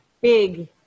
big